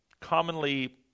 commonly